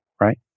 right